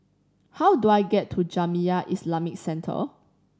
how do I get to Jamiyah Islamic Centre